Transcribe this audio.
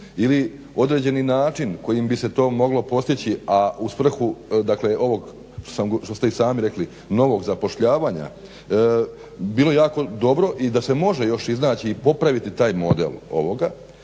ili određeni način kojim bi se to moglo postići, a u svrhu ovog što ste i sami rekli novog zapošljavanja, bilo bi jako dobro i da se može još iznaći i popraviti taj model ovoga,